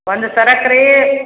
ಒಂದು ಸರಕ್ಕೆ ರೀ